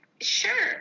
sure